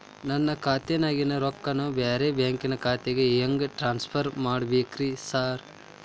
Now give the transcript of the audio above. ನನ್ನ ಖಾತ್ಯಾಗಿನ ರೊಕ್ಕಾನ ಬ್ಯಾರೆ ಬ್ಯಾಂಕಿನ ಖಾತೆಗೆ ಹೆಂಗ್ ಟ್ರಾನ್ಸ್ ಪರ್ ಮಾಡ್ಬೇಕ್ರಿ ಸಾರ್?